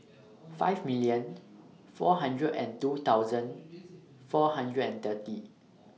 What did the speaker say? five million four hundred and two thousand four hundred and thirty